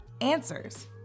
Answers